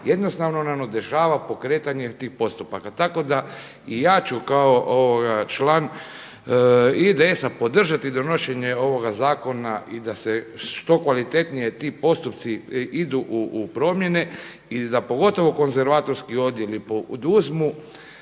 jednostavno nam otežava pokretanje tih postupaka. Tako da i ja ću kao član IDS-a podržati donošenje ovoga zakona i da se što kvalitetnije ti postupci idu u promjene i da pogotovo konzervatorski odjeli poduzmu